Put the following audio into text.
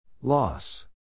Loss